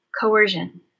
coercion